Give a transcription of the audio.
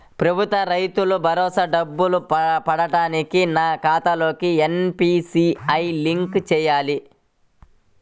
ప్రభుత్వ రైతు భరోసా డబ్బులు పడటానికి నా ఖాతాకి ఎన్.పీ.సి.ఐ లింక్ చేయాలా?